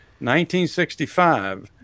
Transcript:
1965